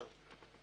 --- די, די.